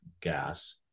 gas